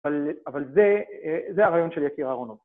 ‫אבל זה הרעיון של יקיר אהרונוב.